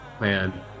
man